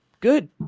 good